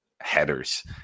headers